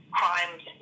crimes